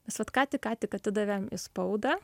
mes vat ką tik ką tik atidavėm į spaudą